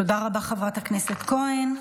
תודה רבה, חברת הכנסת כהן.